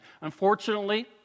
Unfortunately